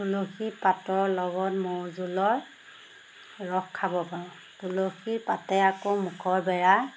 তুলসী পাতৰ লগত মৌ জোলৰ ৰস খাব পাৰোঁ তুলসী পাতে আকৌ মুখৰ বেয়া